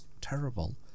terrible